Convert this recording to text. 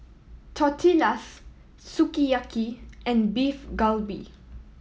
Tortillas Sukiyaki and Beef Galbi